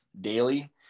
daily